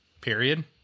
period